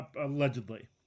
Allegedly